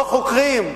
לא חוקרים?